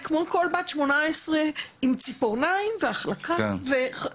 היא כמו כל בת 18 עם ציפורניים והחלקה ובגדים,